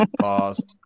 Pause